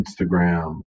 Instagram